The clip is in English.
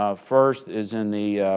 ah first is in the